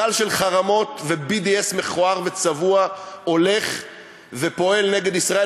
גל של חרמות ו-BDS מכוער וצבוע הולך ופועל נגד ישראל,